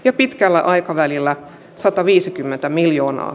jo pitkällä aikavälillä sataviisikymmentä miljoonan